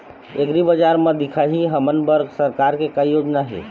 एग्रीबजार म दिखाही हमन बर सरकार के का योजना हे?